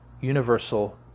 universal